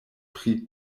pri